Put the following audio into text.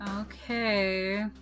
Okay